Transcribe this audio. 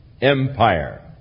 Empire